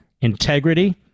integrity